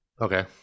Okay